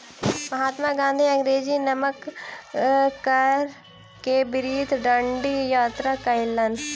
महात्मा गाँधी अंग्रेजी नमक कर के विरुद्ध डंडी यात्रा कयलैन